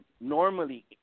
normally